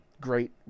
great